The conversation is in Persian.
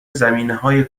زمینههای